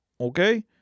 okay